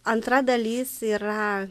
antra dalis yra